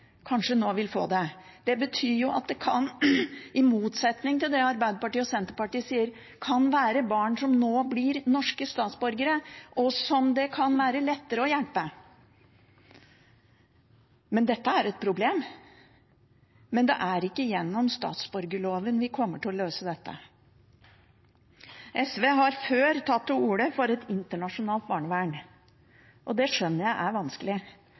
kanskje nå vil få det. Det betyr – i motsetning til det Arbeiderpartiet og Senterpartiet sier – at det kan være barn som nå blir norske statsborgere, og som det kan være lettere å hjelpe. Dette er et problem, men det er ikke gjennom statsborgerloven vi kommer til å løse dette. SV har før tatt til orde for et internasjonalt barnevern. Det skjønner jeg er vanskelig,